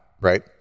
Right